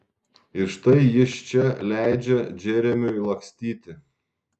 ir štai jis čia leidžia džeremiui lakstyti